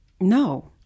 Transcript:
no